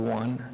one